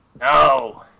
No